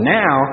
now